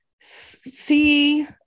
see